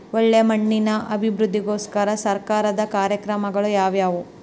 ಒಳ್ಳೆ ಮಣ್ಣಿನ ಅಭಿವೃದ್ಧಿಗೋಸ್ಕರ ಸರ್ಕಾರದ ಕಾರ್ಯಕ್ರಮಗಳು ಯಾವುವು?